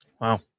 Wow